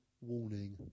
warning